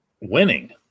winning